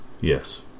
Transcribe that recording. Yes